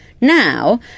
Now